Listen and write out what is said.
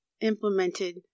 implemented